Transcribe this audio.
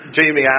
Jamie